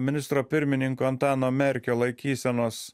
ministro pirmininko antano merkio laikysenos